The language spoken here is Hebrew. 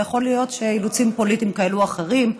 ויכול להיות שמאילוצים פוליטיים כאלו או אחרים,